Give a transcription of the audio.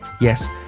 Yes